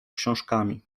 książkami